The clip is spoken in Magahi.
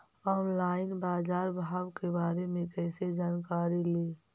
ऑनलाइन बाजार भाव के बारे मे कैसे जानकारी ली?